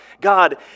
God